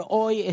hoy